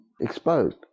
exposed